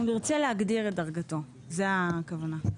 אנחנו נרצה להגדיר את דרגתו, זו הכוונה.